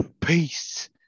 peace